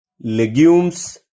legumes